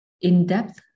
in-depth